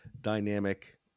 dynamic